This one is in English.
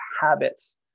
habits